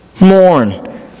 Mourn